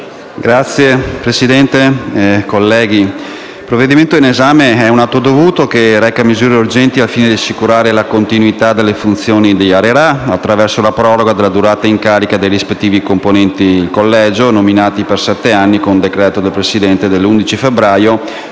Signor Presidente, colleghi, il provvedimento in esame è un atto dovuto, che reca misure urgenti al fine di assicurare la continuità delle funzioni di ARERA attraverso la proroga della durata in carica dei rispettivi componenti il collegio, nominati per sette anni, con decreto del Presidente della Repubblica